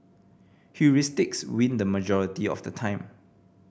heuristics win the majority of the time